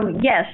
yes